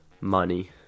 money